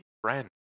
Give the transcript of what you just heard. friends